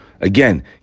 Again